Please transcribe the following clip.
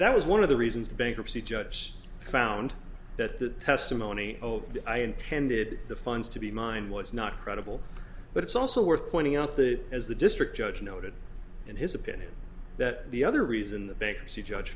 that was one of the reasons the bankruptcy judge found that the testimony of i intended the funds to be mine was not credible but it's also worth pointing out the as the district judge noted in his opinion that the other reason the bankruptcy judge